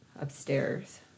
upstairs